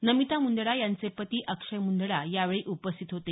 नमिता मुंदडा यांचे पती अक्षय मुंदडा यावेळी उपस्थित होते